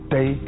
Day